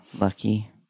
lucky